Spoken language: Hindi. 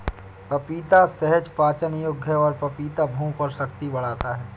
पपीता सहज पाचन योग्य है और पपीता भूख और शक्ति बढ़ाता है